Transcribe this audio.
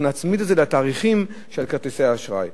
אנחנו נצמיד את זה לתאריכים של כרטיסי האשראי.